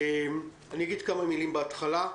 אגיד כמה מילים בהתחלה.